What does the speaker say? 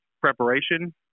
preparation